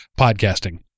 podcasting